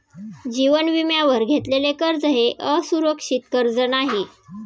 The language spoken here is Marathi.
जीवन विम्यावर घेतलेले कर्ज हे असुरक्षित कर्ज नाही